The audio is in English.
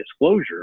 disclosure